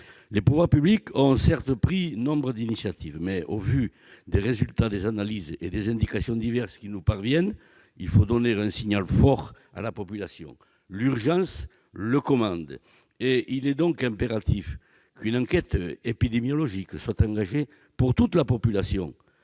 Les pouvoirs publics ont certes pris nombre d'initiatives, mais, au vu des résultats des analyses et des indications diverses qui nous parviennent, il faut donner un signal fort à la population. L'urgence le commande ! Il est donc impératif qu'une enquête épidémiologique soit engagée pour toute la population.